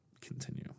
continue